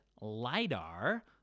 LiDAR